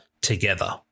together